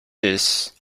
this